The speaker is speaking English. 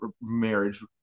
marriage